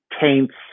taints